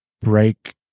break